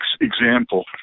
example